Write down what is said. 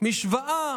משוואה